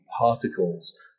particles